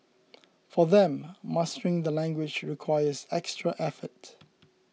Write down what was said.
for them mastering the language requires extra effort